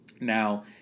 Now